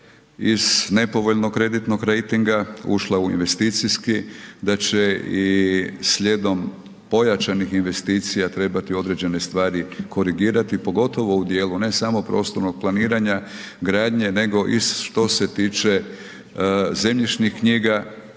iz nepovoljnog kreditnog rejtinga, ušla u investicijski, da će i slijedom pojačanih investicija trebati određene stvari korigirati pogotovo u dijelu ne samo prostornog planiranja gradnje nego i što se tiče zemljišnih knjiga